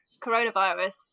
coronavirus